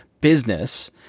business